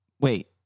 Wait